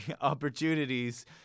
opportunities